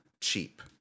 cheap